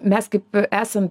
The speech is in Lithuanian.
mes kaip esam